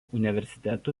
universitetų